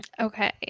Okay